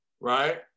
right